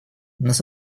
нас